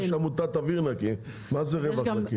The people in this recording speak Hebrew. יש עמותת "אוויר נקי", מה זה "רווח נקי"?